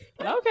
okay